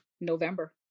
November